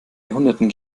jahrhunderten